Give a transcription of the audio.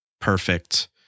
perfect